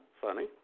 Funny